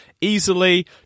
easily